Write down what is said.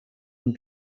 and